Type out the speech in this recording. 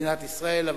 במדינת ישראל.